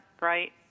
right